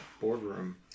boardroom